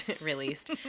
released